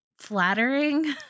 flattering